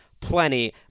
plenty